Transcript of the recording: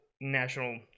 national